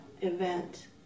event